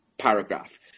paragraph